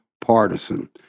partisan